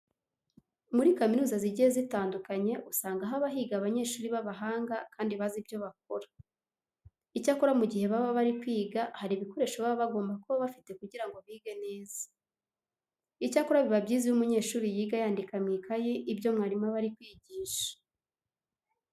Muri kaminuza zigiye zitandukanye usanga haba higa abanyeshuri b'abahanga kandi bazi ibyo bakora. Icyakora mu gihe baba bari kwiga hari ibikoresho baba bagomba kuba bafite kugira ngo bige neza. Icyakora biba byiza iyo umunyeshuri yiga yandika mu ikayi ibyo mwarimu aba ari kwigisha.